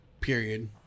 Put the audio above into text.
period